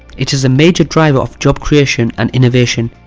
it is a major driver of job creation and innovation,